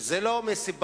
וזה לא מסיבה